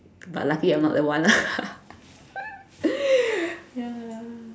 but lucky I'm not the one lah ya